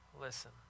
listen